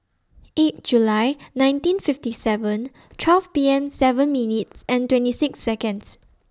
eight July nineteen fifty seven twelve P M seven minutes and twenty six Seconds